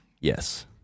Yes